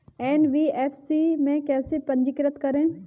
NBFC में कैसे पंजीकृत करें?